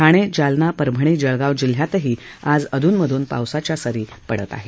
ठाणे जालना परभणी जळगाव जिल्ह्यात अधूनमधून पावसाच्या सरी पडत आहेत